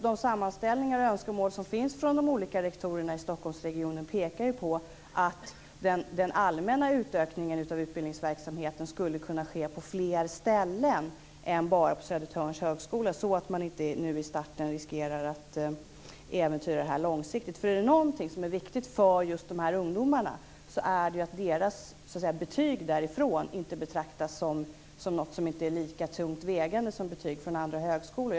De sammanställningar och önskemål som finns från de olika rektorerna i Stockholmsregionen pekar på att den allmänna utökningen av utbildningsverksamheten skulle kunna ske på fler ställen än bara på Södertörns högskola. Då riskerar man inte att äventyra det hela i starten. Det som är viktigt för ungdomarna är att deras betyg inte betraktas som något som inte väger lika tungt som betyg från andra högskolor.